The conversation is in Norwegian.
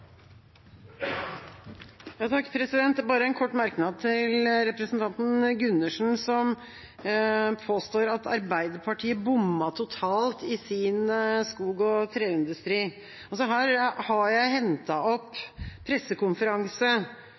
bare en kort merknad til representanten Gundersen, som påstår at Arbeiderpartiet bommet totalt i sin skog- og treindustri. Jeg har hentet noe fra en pressekonferanse: